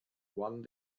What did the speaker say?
one